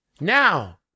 Now